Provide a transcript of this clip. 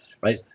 right